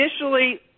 initially